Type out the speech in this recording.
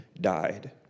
died